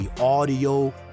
audio